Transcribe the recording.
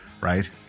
Right